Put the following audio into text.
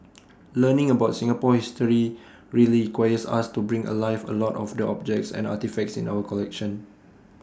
learning about Singapore history really requires us to bring alive A lot of the objects and artefacts in our collection